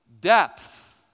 depth